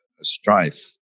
strife